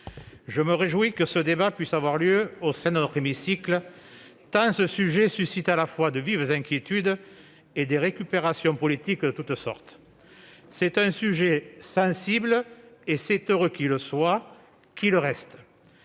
je me réjouis que ce débat puisse avoir lieu au sein de notre hémicycle, tant ce sujet suscite à la fois de vives inquiétudes et des récupérations politiques de toutes sortes. Il s'agit d'un sujet sensible- c'est heureux qu'il le soit et il faut